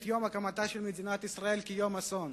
יום הקמתה של מדינת ישראל כיום אסון.